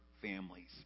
families